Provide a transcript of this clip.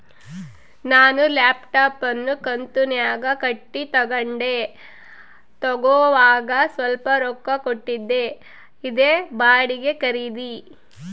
ನಾನು ಲ್ಯಾಪ್ಟಾಪ್ ಅನ್ನು ಕಂತುನ್ಯಾಗ ಕಟ್ಟಿ ತಗಂಡೆ, ತಗೋವಾಗ ಸ್ವಲ್ಪ ರೊಕ್ಕ ಕೊಟ್ಟಿದ್ದೆ, ಇದೇ ಬಾಡಿಗೆ ಖರೀದಿ